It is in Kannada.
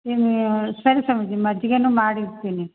ಇನ್ನು ಸರಿ ಸ್ವಾಮೀಜಿ ಮಜ್ಜಿಗೆನು ಮಾಡಿ ಇಡ್ತೀನಿ